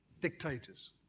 dictators